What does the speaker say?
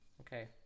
Okay